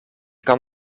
kan